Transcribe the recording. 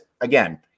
again